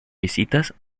visitas